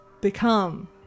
become